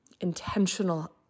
intentional